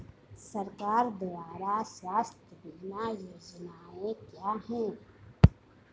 सरकार द्वारा स्वास्थ्य बीमा योजनाएं क्या हैं?